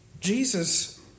Jesus